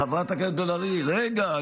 זה מאמר שפורסם --- חברת הכנסת בן ארי, רגע.